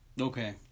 Okay